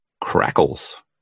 Crackles